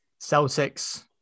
Celtics